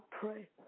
pray